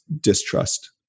distrust